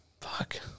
Fuck